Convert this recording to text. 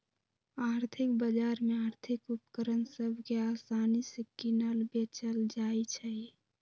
आर्थिक बजार में आर्थिक उपकरण सभ के असानि से किनल बेचल जाइ छइ